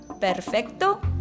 perfecto